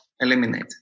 eliminate